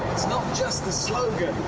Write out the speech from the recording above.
it's not just the slogan.